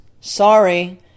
sorry